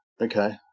Okay